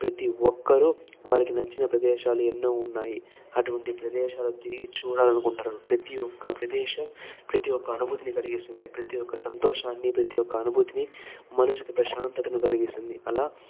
ప్రతి ఒక్కరూ వారికి నచ్చిన ప్రదేశాలు ఎన్నో ఉన్నాయి అటువంటి ప్రదేశాలు తిరిగి చూడాలనుకుంటారు ప్రతి ఒక ప్రదేశం ప్రతి ఒక అనుభూతిని కలిగిస్తుంది ప్రతి ఒక సంతోషాన్ని ప్రతి ఒక అనుభూతిని మనసుకు ప్రశాంతతను కలిగిస్తుంది అలా